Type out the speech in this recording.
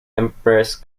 empress